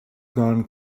gone